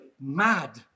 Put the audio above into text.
mad